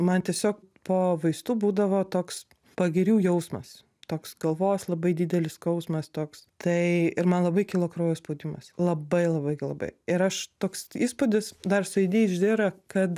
man tiesiog po vaistų būdavo toks pagirių jausmas toks galvos labai didelis skausmas toks tai ir man labai kilo kraujo spaudimas labai labai galabai ir aš toks įspūdis dar su adhd yra kad